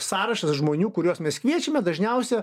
sąrašas žmonių kuriuos mes kviečiame dažniausia